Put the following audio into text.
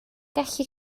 gallu